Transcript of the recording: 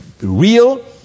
real